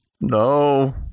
no